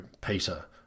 peter